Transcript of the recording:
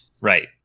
right